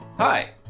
Hi